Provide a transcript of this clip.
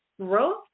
growth